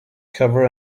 cover